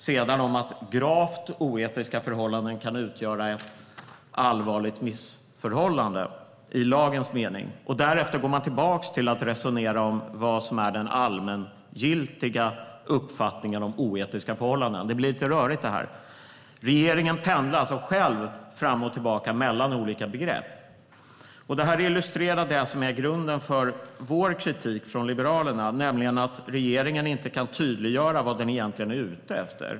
Sedan står det att "gravt oetiska förhållanden kan utgöra allvarliga missförhållanden" i lagens mening. Därefter går man tillbaka till att resonera om vad som är den allmängiltiga uppfattningen om "oetiska förhållanden". Det här blir lite rörigt. Men regeringen pendlar alltså själv fram och tillbaka mellan olika begrepp. Det illustrerar det som är grunden för Liberalernas kritik, nämligen att regeringen inte kan tydliggöra vad man egentligen är ute efter.